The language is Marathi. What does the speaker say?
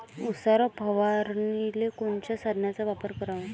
उसावर फवारनीले कोनच्या साधनाचा वापर कराव?